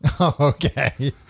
Okay